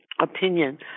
Opinion